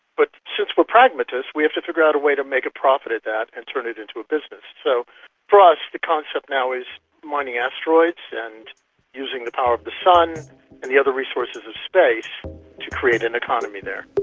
but since we are pragmatists we have to figure out a way to make a profit at that and turn it into a business. so for us the concept now is mining asteroids and using the power of the sun and the other resources of space to create an economy there.